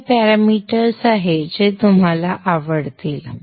तर हे पॅरामीटर्स आहेत जे तुम्हाला आवडतील